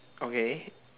okay